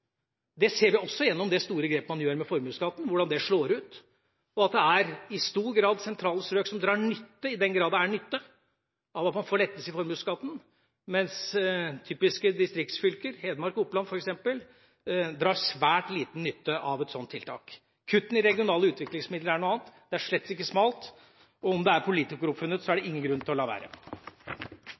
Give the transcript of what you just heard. Det ser vi også gjennom det store grepet man gjør med formuesskatten, hvordan det slår ut, og at det i stor grad er sentrale strøk som drar nytte – i den grad det er nytte – av at man får lettelse i formuesskatten, mens typiske distriktsfylker, f.eks. Hedmark og Oppland, drar svært liten nytte av et slikt tiltak. Kuttene i regionale utviklingsmidler er noe annet. Det er slett ikke smalt, og om det er politikeroppfunnet, er det ingen grunn til å la være.